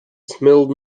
smelled